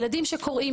ילדים שקוראים,